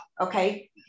okay